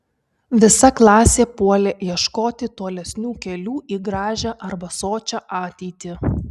visa klasė puolė ieškoti tolesnių kelių į gražią arba sočią ateitį